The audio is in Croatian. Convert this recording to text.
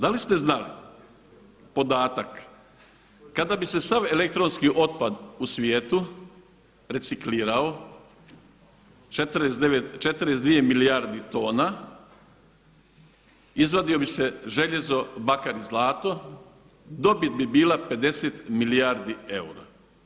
Da li ste znali podatak kada bi se sav elektronski otpad u svijetu reciklirao, 42 milijardi tona izvadilo bi se željezo, bakar i zlato, dobit bi bila 50 milijardi eura.